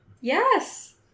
Yes